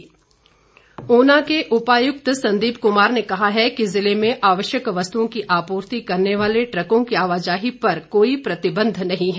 D C Una Una के उपायुक्त संदीप कुमार ने कहा है कि जिले में आवश्यक वस्तुओं की आपूर्ति करने वाले ट्रकों की आवाजाही पर कोई प्रतिबंध नही है